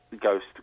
ghost